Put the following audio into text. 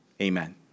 Amen